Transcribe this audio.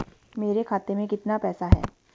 मेरे खाते में कितना पैसा है?